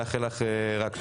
נאחל לך רק טוב.